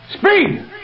Speed